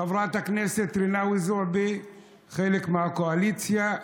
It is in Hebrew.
חברת הכנסת רינאוי זועבי היא חלק מהקואליציה.